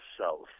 South